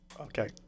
okay